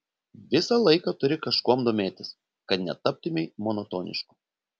visą laiką turi kažkuom domėtis kad netaptumei monotonišku